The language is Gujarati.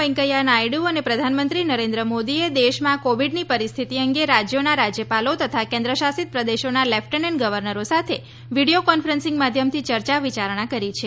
વૈકેંયા નાયડ્ અને પ્રધાનમંત્રી નરેન્દ્ર મોદીએ દેશમાં કોવિડની પરિસ્થિતિ અંગે રાજ્યોના રાજ્યપાલો તથા કેન્દ્ર શાસિત પ્રદેશોના લેફટન્ટ ગવર્નરો સાથે વીડિયો કોન્ફરન્સિંગ માધ્યમથી ચર્ચા વિચારણા કરી છે